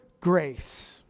grace